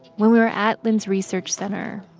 when we were at lynn's research center,